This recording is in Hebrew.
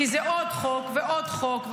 כי זה עוד חוק ועוד חוק,